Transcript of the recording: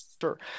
Sure